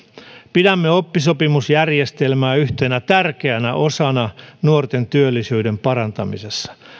pidämme oppisopimusjärjestelmää yhtenä tärkeänä osana nuorten työllisyyden parantamisessa